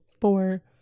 four